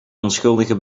onschuldige